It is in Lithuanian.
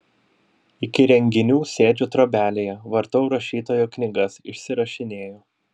iki renginių sėdžiu trobelėje vartau rašytojo knygas išsirašinėju